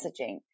messaging